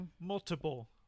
multiple